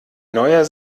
neuer